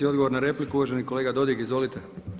Odgovor na repliku uvaženi kolega Dodig, izvolite.